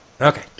Okay